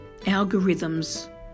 algorithms